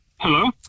Hello